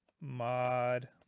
Mod